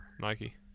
Nike